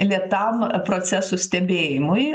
lėtam procesų stebėjimui